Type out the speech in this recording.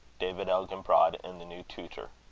david elginbrod and the new tutor.